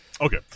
Okay